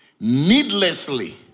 needlessly